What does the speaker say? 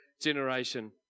generation